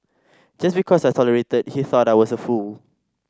just because I tolerated he thought I was a fool